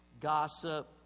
gossip